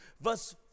verse